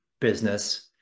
business